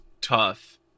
tough